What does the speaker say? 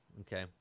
Okay